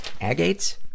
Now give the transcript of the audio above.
Agates